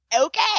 Okay